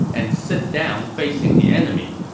and sit down facing the enemy.